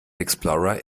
explorer